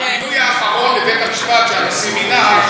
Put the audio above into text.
המינוי האחרון לבית המשפט שהנשיא מינה עכשיו,